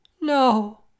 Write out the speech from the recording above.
No